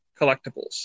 collectibles